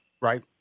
Right